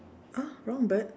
!huh! wrong bird